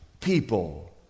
people